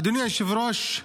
אדוני היושב-ראש,